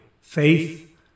Faith